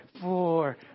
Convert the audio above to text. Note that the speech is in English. four